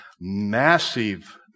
massive